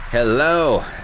Hello